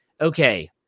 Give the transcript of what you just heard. okay